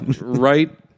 right